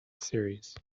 series